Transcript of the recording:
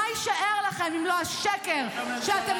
מה יישאר לכם אם לא השקר -- ראש הממשלה